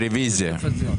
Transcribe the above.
רוויזיה.